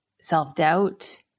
self-doubt